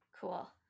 cool